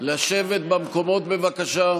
לשבת במקומות, בבקשה.